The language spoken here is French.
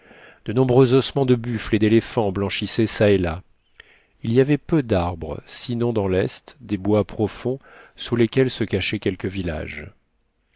de nombreux ossements de buffles et d'éléphants blanchissaient ça et là il y avait peu d'arbres sinon dans l'est des bois profonds sous lesquels se cachaient quelques villages